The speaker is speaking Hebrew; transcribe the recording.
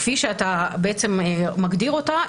כפי שאתה מגדיר אותה,